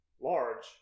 large